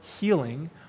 healing